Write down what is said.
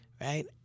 right